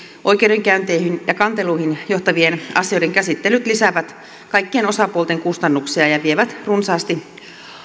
oikeudenkäynteihin ja kanteluihin johtavien asioiden käsittelyt lisäävät kaikkien osapuolten kustannuksia ja ja vievät runsaasti